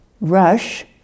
rush